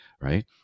right